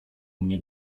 mnie